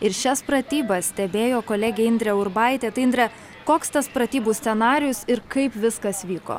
ir šias pratybas stebėjo kolegė indrė urbaitė tai indre koks tas pratybų scenarijus ir kaip viskas vyko